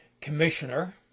commissioner